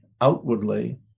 outwardly